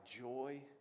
joy